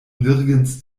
nirgends